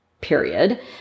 period